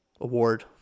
award